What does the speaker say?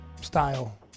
style